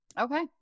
Okay